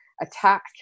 attack